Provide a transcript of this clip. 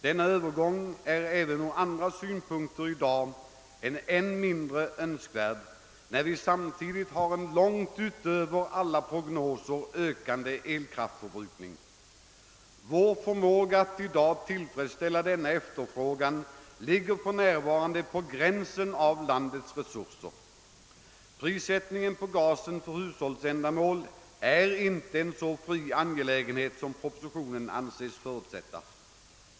Denna övergång är även från andra synpunkter i dag än mindre önskvärd, när vi samtidigt har en långt utöver alla prognoser ökad elkraftförbrukning. Vår förmåga att tillfredsställa efterfrågan ligger för närvarande på gränsen av landets resurser. Prissättningen på gas för hushållsändamål är inte en så fri angelägenhet som propositionen tycks förutsätta.